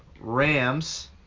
Rams